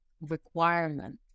requirement